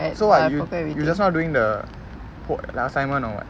so what you you just now doing the code assignment [one] or what